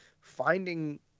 finding